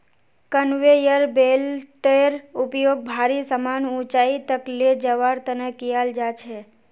conveyor बेल्टेर उपयोग भारी समान ऊंचाई तक ले जवार तने कियाल जा छे